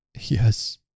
yes